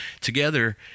together